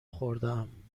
خوردهام